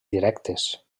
directes